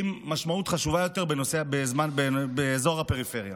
עם משמעות חשובה יותר באזור הפריפריה.